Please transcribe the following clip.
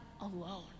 alone